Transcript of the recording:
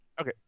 Okay